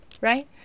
Right